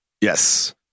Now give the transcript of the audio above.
Yes